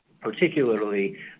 particularly